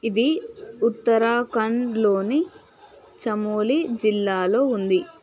ఇది ఉత్తరాఖండ్లోని చమోలి జిల్లాలో ఉంది